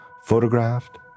photographed